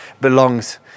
belongs